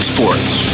Sports